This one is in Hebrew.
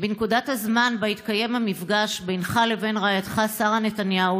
"בנקודת הזמן בה התקיים המפגש בינך ובין רעייתך שרה נתניהו